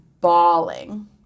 bawling